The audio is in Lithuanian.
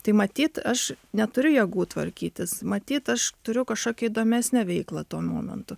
tai matyt aš neturiu jėgų tvarkytis matyt aš turiu kažkokią įdomesnę veiklą tuo momentu